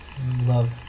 Love